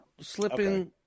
slipping